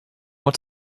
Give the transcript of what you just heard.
want